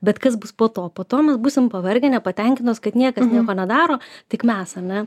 bet kas bus po to po to mes būsim pavargę nepatenkintos kad niekas nieko nedaro tik mes ane